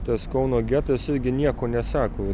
tas kauno getas irgi nieko nesako